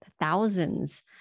thousands